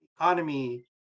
Economy